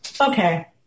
Okay